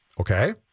Okay